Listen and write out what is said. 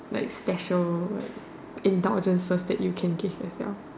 like special like indulgences that you can give yourself